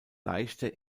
leichte